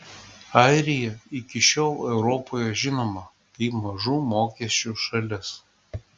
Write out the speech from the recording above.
airija iki šiol europoje žinoma kaip mažų mokesčių šalis